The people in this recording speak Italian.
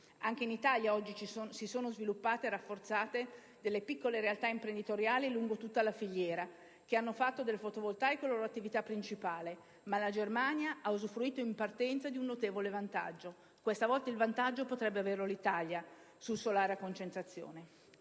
Anche in Italia oggi si sono sviluppate e rafforzate delle piccole realtà imprenditoriali lungo tutta la filiera, che hanno fatto del fotovoltaico la loro attività principale, ma la Germania ha usufruito in partenza di un notevole vantaggio. Questa volta il vantaggio potrebbe averlo l'Italia sul solare a concentrazione.